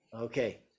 Okay